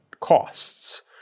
costs